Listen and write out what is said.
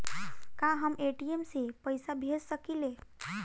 का हम ए.टी.एम से पइसा भेज सकी ले?